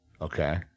Okay